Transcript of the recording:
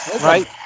Right